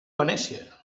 venècia